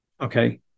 Okay